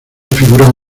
figura